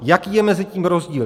Jaký je mezi tím rozdíl?